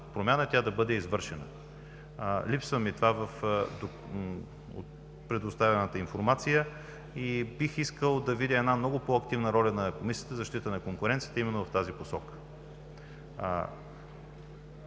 промяна, тя да бъде извършена. Липсва ми това в предоставената информация. Бих искал да видя много по-активна ролята на Комисията за защита на конкуренцията в тази посока.